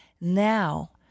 Now